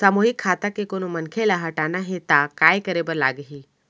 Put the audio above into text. सामूहिक खाता के कोनो मनखे ला हटाना हे ता काय करे बर लागही?